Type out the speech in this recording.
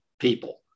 people